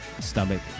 stomach